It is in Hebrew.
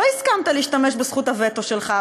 לא הסכמת להשתמש בזכות הווטו שלך.